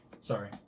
Sorry